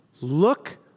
look